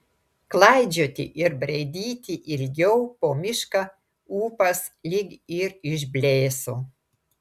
klaidžioti ir braidyti ilgiau po mišką ūpas lyg ir išblėso